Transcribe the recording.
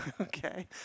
Okay